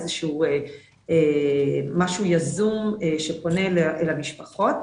איזה שהוא משהו יזום שפונה אל המשפחות.